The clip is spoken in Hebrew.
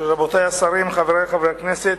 רבותי השרים, חברי חברי הכנסת,